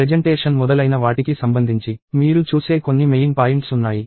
presentation మొదలైన వాటికి సంబంధించి మీరు చూసే కొన్ని మెయిన్ పాయింట్స్ ఉన్నాయి